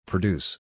Produce